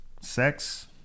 sex